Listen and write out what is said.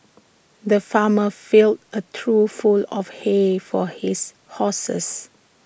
the farmer filled A trough full of hay for his horses